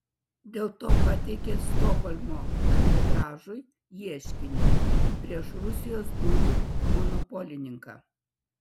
dėl to pateikė stokholmo arbitražui ieškinį prieš rusijos dujų monopolininką